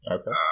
Okay